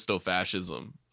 fascism